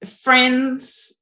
friends